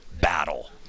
battle